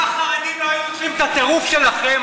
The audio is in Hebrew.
אם החרדים לא היו עוצרים את הטירוף שלכם,